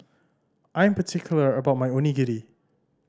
I am particular about my Onigiri